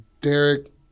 Derek